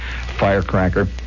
firecracker